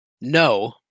No